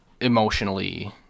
emotionally